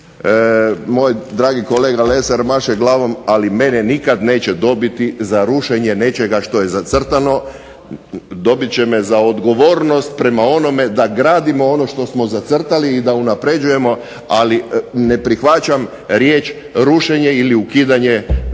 Moj dragi kolega Lesar maše glavom, ali mene nikad neće dobiti za rušenje nečega što je zacrtano. Dobit će me za odgovornost prema onome da gradimo ono što smo zacrtali i da unapređujemo, ali ne prihvaćam riječ rušenje ili ukidanje